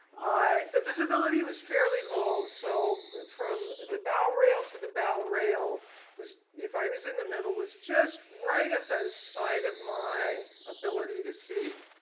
ah the visibility was fairly low. so from the bow rail to the bow rail was if i was in the middle, was just right at side of my ability to see.